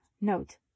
note